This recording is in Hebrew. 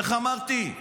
איך אמרתי?